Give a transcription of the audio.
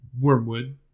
Wormwood